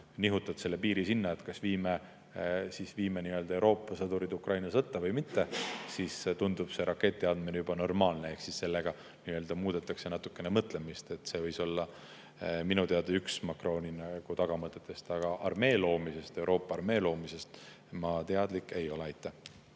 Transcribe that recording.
nihutad piiri sinna, et kas viime Euroopa sõdurid Ukraina sõtta või mitte, siis tundub see rakettide andmine juba normaalne. Ehk sellega muudetakse natukene mõtlemist. See võis olla üks Macroni tagamõtetest, aga armee loomisest, Euroopa armee loomisest ma teadlik ei ole.